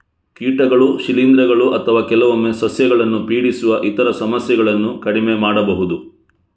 ಕೀಟಗಳು, ಶಿಲೀಂಧ್ರಗಳು ಅಥವಾ ಕೆಲವೊಮ್ಮೆ ಸಸ್ಯಗಳನ್ನು ಪೀಡಿಸುವ ಇತರ ಸಮಸ್ಯೆಗಳನ್ನು ಕಡಿಮೆ ಮಾಡಬಹುದು